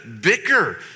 bicker